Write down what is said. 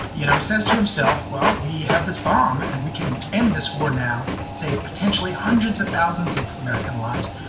you know, he says to himself, well, we have this bomb and we can this war now, save potentially hundreds of thousands of american lives.